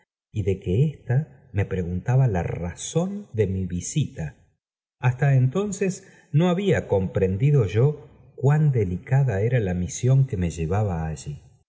y ae aue ésta me preguntaba la razón de mi visi a ta entonces no había comprendido yo cuán delicada era la misión que me llevaba allí